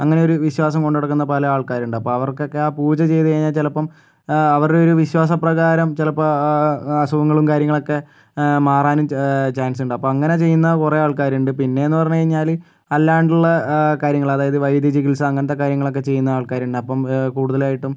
അങ്ങനെയൊരു വിശ്വാസം കൊണ്ട് നടക്കുന്ന പല ആൾക്കാരുണ്ട് അപ്പം അവർക്കൊക്കെ ആ പൂജ ചെയ്തു കഴിഞ്ഞാൽ ചിലപ്പം അവരുടെ ഒരു വിശ്വാസപ്രകാരം ചിലപ്പം അസുഖങ്ങളും കാര്യങ്ങളൊക്കെ മാറാനും ചാൻസ് ഉണ്ട് അപ്പോൾ അങ്ങനെ ചെയ്യുന്ന കുറേ ആൾക്കാരുണ്ട് പിന്നെയെന്ന് പറഞ്ഞു കഴിഞ്ഞാൽ അല്ലാണ്ടുള്ള കാര്യങ്ങളാണ് അതായത് വൈദ്യ ചികിത്സ അങ്ങനത്തെ കാര്യങ്ങളൊക്കെ ചെയ്യുന്ന ആൾക്കാരുണ്ട് അപ്പം കൂടുതലായിട്ടും